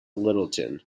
littleton